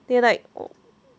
they like